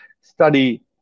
study